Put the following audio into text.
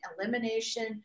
elimination